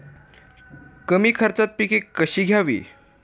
कमी खर्चात पिके कशी घ्यावी?